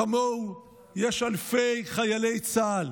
כמוהו יש אלפי חיילי צה"ל